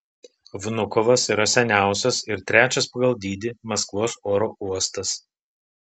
vnukovas yra seniausias ir trečias pagal dydį maskvos oro uostas